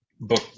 book